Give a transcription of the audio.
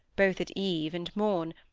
both at eve and morn,